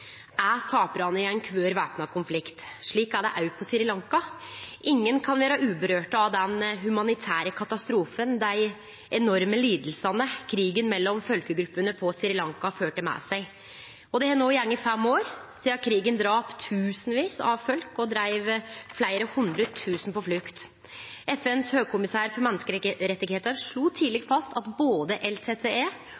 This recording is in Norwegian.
er taparane i ein kvar væpna konflikt. Slik er det òg på Sri Lanka. Ingen kan vere urørte av den humanitære katastrofen og dei enorme lidingane krigen mellom folkegruppene på Sri Lanka førte med seg. Det har no gått fem år sidan krigen drap tusenvis av folk og dreiv fleire hundre tusen på flukt. FNs høgkommissær for menneskerettar slo tidleg